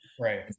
Right